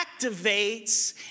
activates